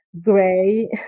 gray